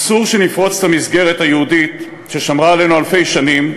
אסור שנפרוץ את המסגרת היהודית ששמרה עלינו אלפי שנים,